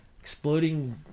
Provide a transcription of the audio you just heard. Exploding